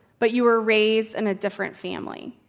but you were raised in a different family?